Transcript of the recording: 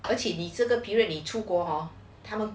而且你这个 period 你出国 hor 他们